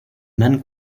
men